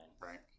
right